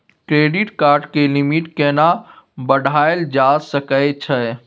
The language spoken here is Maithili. क्रेडिट कार्ड के लिमिट केना बढायल जा सकै छै?